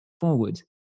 forward